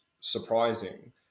surprising